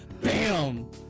Bam